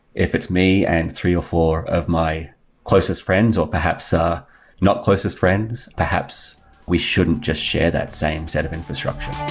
if it's me and three or four of my closest friends, or perhaps ah not closest friends, perhaps we shouldn't just share that same set of infrastructure